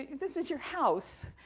this is your house,